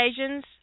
occasions